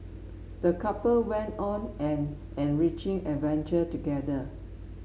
the couple went on an enriching adventure together